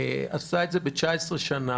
עשה את ה ב-19 שנים,